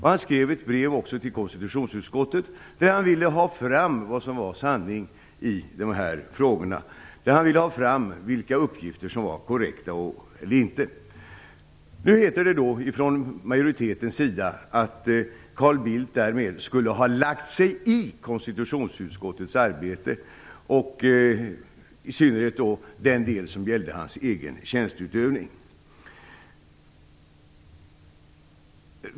Han skrev ett brev till konstitutionsutskottet där han sade att han ville ha fram vad som var sanning i de här frågorna, att han ville ha fram vilka uppgifter som var korrekta och vilka som inte var det. Nu heter det från majoritetens sida att Carl Bildt därmed skulle ha lagt sig i konstitutionsutskottets arbete, i synnerhet den del som gällde hans egen tjänsteutövning.